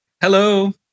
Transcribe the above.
Hello